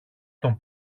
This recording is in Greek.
τον